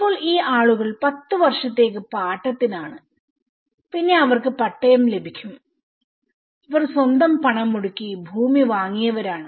ഇപ്പോൾ ഈ ആളുകൾ 10 വർഷത്തേക്ക് പാട്ടത്തിനാണ്പിന്നെ അവർക്ക് പട്ടയം ലഭിക്കും ഇവർ സ്വന്തം പണം മുടക്കി ഭൂമി വാങ്ങിയവരാണ്